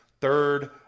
third